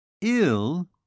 Ill